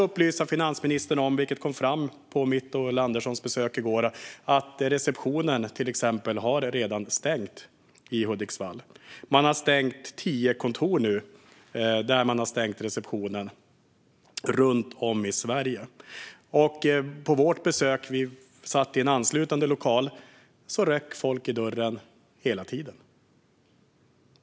Under mitt och Ulla Anderssons besök i går kom det också fram att receptionen i Hudiksvall redan har stängt. Nu har receptionen stängt på tio kontor runt om i Sverige. Under vårt besök satt vi i en anslutande lokal, men hela tiden ryckte folk i dörren.